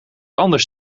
anders